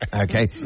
Okay